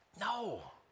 no